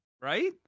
Right